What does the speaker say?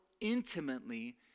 intimately